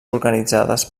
organitzades